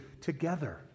together